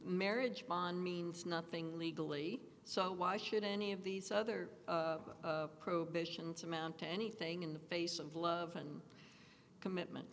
marriage bond means nothing legally so why should any of these other probations amount to anything in the face of love and commitment